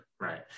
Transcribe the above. right